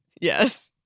Yes